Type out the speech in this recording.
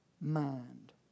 mind